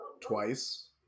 twice